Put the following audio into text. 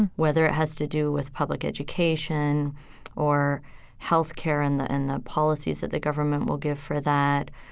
whether it has to do with public education or health care and the and the policies that the government will give for that,